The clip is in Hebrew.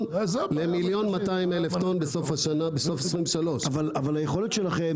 ל-1.2 מיליון בסוף 2023. אבל היכולת שלכם,